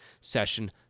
session